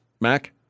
Mac